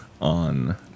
on